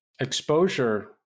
exposure